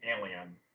alien